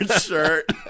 shirt